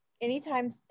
anytime